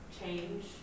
change